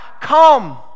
come